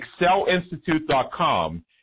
ExcelInstitute.com